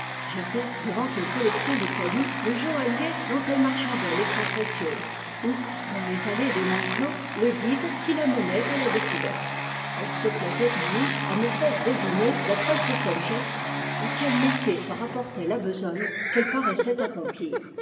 j'étais devant une collection de cailloux le joaillier dont elle marchandait les pierres précieuses ou dans les allées de l'enclos le guide qui la menait à la découverte elle se plaisait en outre à me faire deviner d'après ses seuls gestes à quel métier se rapportait la besogne qu'elle paraissait accomplir